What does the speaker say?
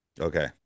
Okay